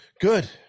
Good